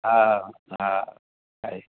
हा हा हा आहे